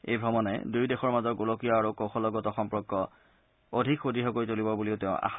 এই ভ্ৰমণে দুয়ো দেশৰ মাজৰ গোলকীয় আৰু কৌশলগত সম্পৰ্ক অধিক সুদ্য় কৰি তুলিব বুলিও তেওঁ আশা প্ৰকাশ কৰে